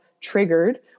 triggered